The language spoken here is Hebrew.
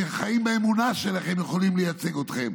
שחיים באמונה שלכם, יכולים לייצג אתכם.